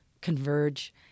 converge